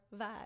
vibe